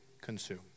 consume